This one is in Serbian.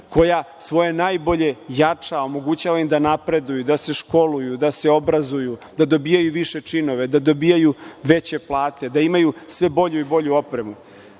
koja svoje najbolje jača, omogućava im da napreduju, da se školuju, da se obrazuju, da dobijaju više činove, da dobijaju veće plate, da imaju sve bolju i bolju opremu. Naša